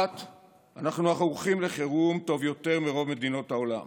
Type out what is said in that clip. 1. אנחנו ערוכים לחירום טוב יותר מרוב מדינות העולם.